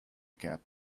cap